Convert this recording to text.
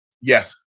Yes